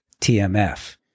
TMF